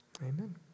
amen